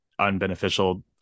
unbeneficial